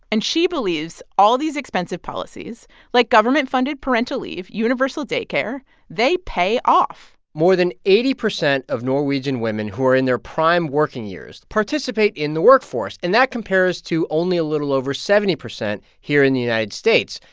and she believes all these expensive policies like government-funded parental leave, universal daycare they pay off more than eighty percent percent of norwegian women who are in their prime working years participate in the workforce, and that compares to only a little over seventy percent here in the united states.